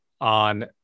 on